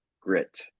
Grit